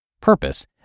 Purpose